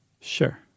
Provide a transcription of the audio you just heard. Sure